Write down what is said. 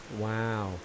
wow